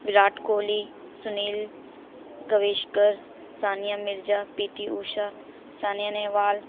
Virat Kohli Sunil Gavaskar Sania Mirza P T Usha Sania Nehwal